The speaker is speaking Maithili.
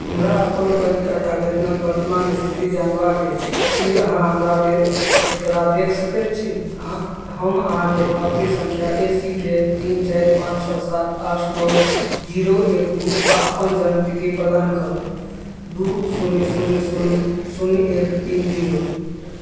हमरा अपन पेन कार्ड आवेदनक वर्तमान स्थिति जानबाक अछि की अहाँ हमरा लेल एकरा देख सकैत छी हम अहाँके पाबती सङ्ख्या ए सी के तीन चारि पाँच छओ सात आठ नओ जीरो एक दू आओर अपन जन्मतिथि प्रदान करब दू शून्य शून्य शून्य शून्य एक तीन जीरो